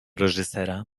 reżysera